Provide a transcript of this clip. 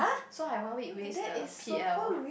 so I one week waste the P_L